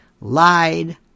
Lied